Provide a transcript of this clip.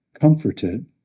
comforted